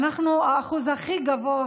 אצלנו האחוז הכי גבוה